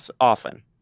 often